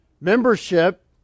Membership